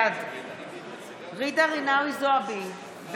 בעד ג'ידא רינאוי זועבי,